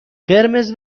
قرمز